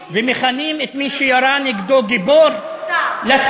ומכנים אותו "גיבור" הפצצות לא היו שם סתם.